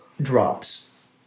drops